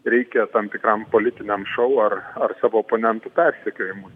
reikia tam tikram politiniam šou ar ar savo oponentų persekiojimui